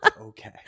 okay